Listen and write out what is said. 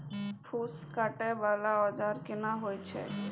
फूस काटय वाला औजार केना होय छै?